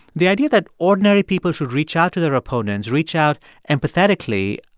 the idea that ordinary people should reach out to their opponents, reach out empathetically,